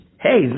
Hey